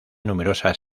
numerosas